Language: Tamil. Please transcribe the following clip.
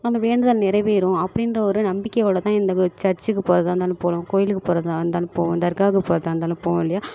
நம்ம வேண்டுதல் நிறைவேறும் அப்படின்ற ஒரு நம்பிக்கையோடு தான் இந்த சர்ச்சுக்கு போகிறதா இருந்தாலும் போகிறோம் கோயிலுக்கு போகிறதா இருந்தாலும் போவோம் தர்காவுக்கு போகிறதா இருந்தாலும் போவோம் இல்லையா